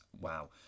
wow